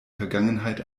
vergangenheit